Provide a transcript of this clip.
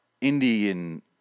Indian